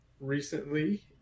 recently